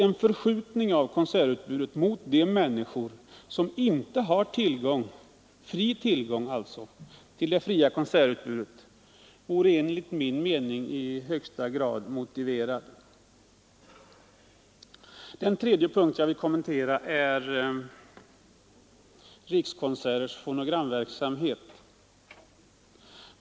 En förskjutning av konsertutbudet mot de människor som inte har tillgång till det fria konsertutbudet vore enligt min mening i högsta grad motiverad. Den tredje punkt jag vill kommentera är Rikskonserters fonogramverksamhet.